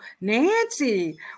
Nancy